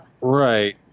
right